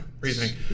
reasoning